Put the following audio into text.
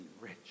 rich